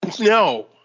no